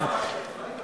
והגבלות על עורכי-דין,